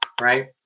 Right